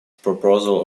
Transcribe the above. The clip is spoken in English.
proposal